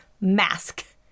mask